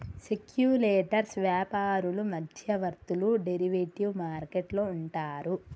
speculators వ్యాపారులు మధ్యవర్తులు derivative market లో ఉంటారు